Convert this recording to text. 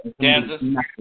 Kansas